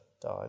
died